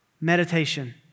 meditation